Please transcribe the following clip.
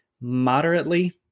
moderately